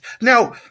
Now